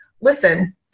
listen